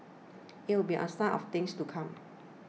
it would be a sign of things to come